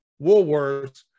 Woolworths